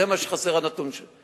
זה הנתון שחסר,